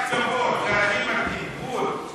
קצוות, זה הכי מתאים, בול.